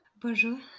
Bonjour